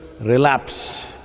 relapse